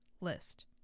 list